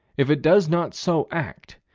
if it does not so act,